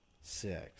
six